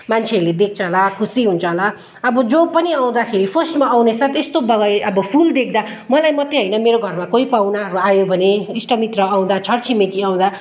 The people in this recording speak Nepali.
मान्छेहरूले देख्छ होला खुसी हुन्छ हला अब जो पनि आउँदाखेरि फर्स्टमा आउनेसाथ अब फुल देख्दा मलाई मात्रै होइन मेरो घरमा कोही पाहुना अब आयो भने इष्टमित्र आउँदा छर छिमेकी आउँदा